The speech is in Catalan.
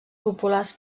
populars